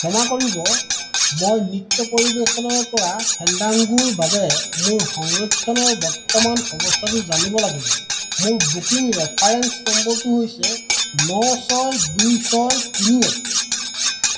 ক্ষমা কৰিব মই নৃত্য পৰিৱেশনৰপৰা ফেণ্ডাংগোৰ বাবে মোৰ সংৰক্ষণৰ বৰ্তমান অৱস্থাটো জানিব লাগিব মোৰ বুকিং ৰেফাৰেন্স নম্বৰটো হৈছে ন ছয় দুই ছয় তিনি এক